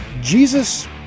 Jesus